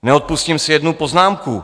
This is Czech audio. Neodpustím si jednu poznámku.